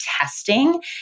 testing